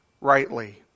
rightly